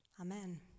Amen